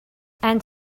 and